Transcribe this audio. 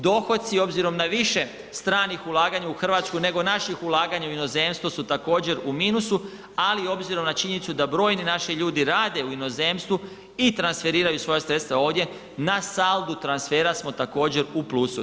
Dohoci obzirom na više stranih ulaganja u Hrvatsku nego naših ulaganja u inozemstvo su također u minusu, ali obzirom na činjenicu da brojni naši ljudi rade u inozemstvu i transferiraju svoja sredstva ovdje na saldu transfera smo također u plusu.